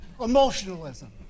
emotionalism